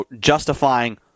justifying